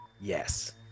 Yes